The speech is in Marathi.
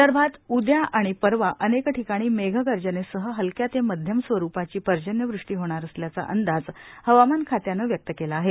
विदर्भात उद्या आणि परवा अनेक ठिकाणी मेघगर्जनेसह हलक्या ते माध्यम स्वरूपाची पर्जन्य वृष्टी होणार असल्याचा अंदाज हवामान खात्यानं व्यक्त केला आहे